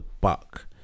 buck